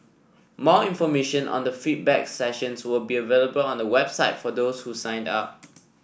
more information on the feedback sessions will be available on the website for those who signed up